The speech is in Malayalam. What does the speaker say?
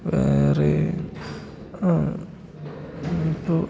വേറെ ഇപ്പോൾ